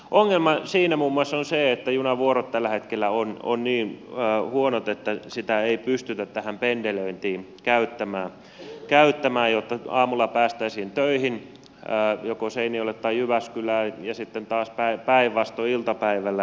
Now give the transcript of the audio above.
ongelma siinä muun muassa on se että junavuorot tällä hetkellä ovat niin huonot että sitä ei pystytä pendelöintiin käyttämään jotta aamulla päästäisiin töihin joko seinäjoelle tai jyväskylään ja sitten taas päinvastoin iltapäivällä sieltä pois